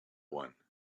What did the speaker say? one